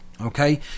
Okay